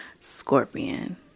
Scorpion